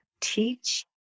teach